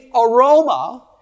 aroma